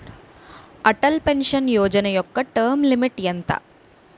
Atal pension Yojana యెక్క term limit ఎంత?